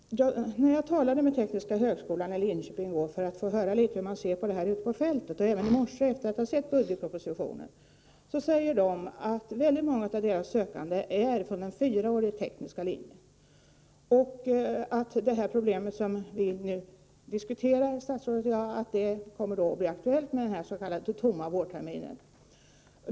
Herr talman! När jag talade med Tekniska högskolan i Linköping för att höra hur man ser på det hela ute på fältet — jag har i morse också läst i budgetpropositionen — säger man att väldigt många av de sökande har gått på den fyraåriga linjen och att det problem som statsrådet och jag nu har diskuterat kommer att bli aktuellt, dvs. den så att säga tomma vårterminen.